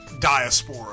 diaspora